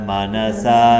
Manasa